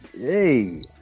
Hey